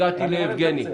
הגעתי ליבגני.